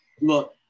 Look